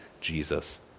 Jesus